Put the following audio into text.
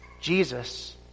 Jesus